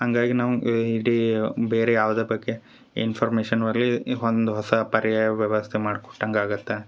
ಹಾಗಾಗಿ ನಾವು ಇಡೀ ಬೇರೆ ಯಾವುದರ ಬಗ್ಗೆ ಇನ್ಫಾರ್ಮೇಷನ್ ವರ್ಲಿ ಈ ಒಂದು ಹೊಸ ಪರ್ಯಾಯ ವ್ಯವಸ್ಥೆ ಮಾಡಿ ಕೊಟ್ಟಂಗೆ ಆಗತ್ತೆ